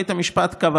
בית המשפט קבע